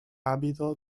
ávido